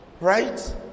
Right